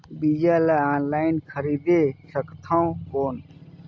बीजा ला ऑनलाइन खरीदे सकथव कौन?